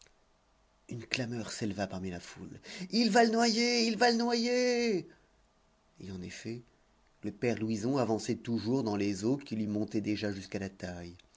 une clameur s'éleva parmi la foule il va le noyer il va le noyer et en effet le père louison avançait toujours dans les eaux qui lui montaient déjà jusqu'à la taille